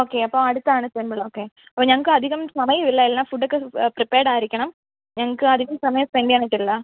okay അപ്പം അടുത്താണ് temple okay അപ്പോൾ ഞങ്ങൾക്ക് അധികം സമയമില്ല എല്ലാം ഫുഡൊക്കെ പ്രിപയർ ആ രിക്കണം ഞങ്ങൾക്ക് അധികം സമയം ഇല്സ സ്പെൻ്റ് ചെയ്യാൻ നിൽക്കില്ല